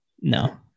No